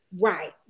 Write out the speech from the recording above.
Right